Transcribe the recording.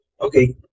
Okay